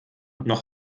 noch